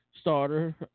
starter